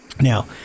Now